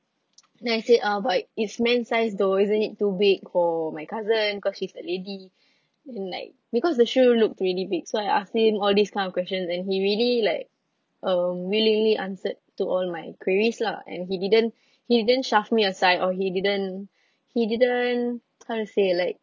then I said uh but it's men's size though isn't it too big for my cousin cause she's a lady then like because the shoe looked really big so I asked him all these kind of questions and he really like um willingly answered to all my queries lah and he didn't he didn't shoved me aside or he didn't he didn't how to say like